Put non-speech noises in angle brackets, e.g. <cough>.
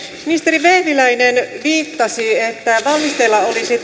ministeri vehviläinen viittasi siihen että valmisteilla olisi <unintelligible>